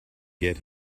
get